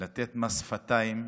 לתת מס שפתיים,